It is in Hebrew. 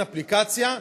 אין אפליקציה,